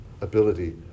ability